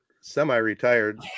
semi-retired